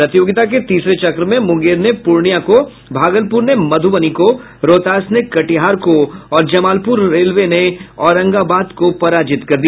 प्रतियोगिता के तीसरे चक्र में मुंगेर ने पूर्णिया को भागलपुर ने मधुबनी को रोहतास ने कटिहार को और जमालपुर रेल ने औरंगाबाद को पराजित किया